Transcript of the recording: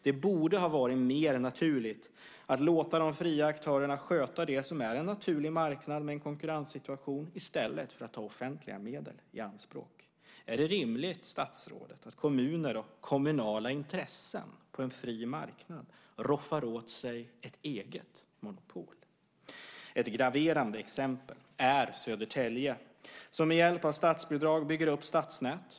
Det borde ha varit mer naturligt att låta de fria aktörerna sköta det som är en naturlig marknad med en konkurrenssituation i stället för att ta offentliga medel i anspråk. Är det rimligt, statsrådet, att kommuner och kommunala intressen på en fri marknad roffar åt sig ett eget monopol? Ett graverande exempel är Södertälje, som med hjälp av statsbidrag bygger upp stadsnät.